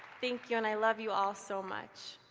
thank you and i love you all so much.